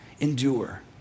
endure